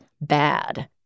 bad